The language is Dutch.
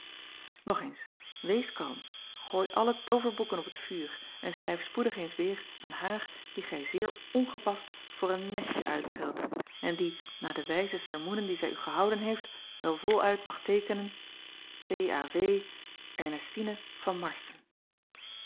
og eens wees kalm gooi alle tooverboeken op het vuur en schrijf spoedig eens weêr aan haar die gij zeer ongepast voor een estje uitscheldt en die na de wijze sermoenen die zij u gehouden heeft wel voluit mag teekenen à rnestine van arsden